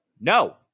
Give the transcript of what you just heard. no